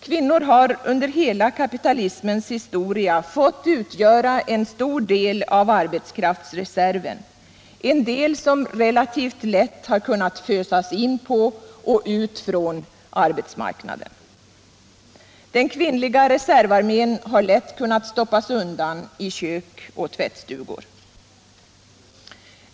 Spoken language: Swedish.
Kvinnor har under hela kapitalismens historia fått utgöra en stor del av arbetskraftsreserven, en del som relativt lätt har kunnat fösas in på och ut från arbetsmarknaden. Den kvinnliga reservarmén har lätt kunnat stoppas undan i kök och tvättstugor.